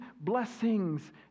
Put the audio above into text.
blessings